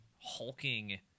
hulking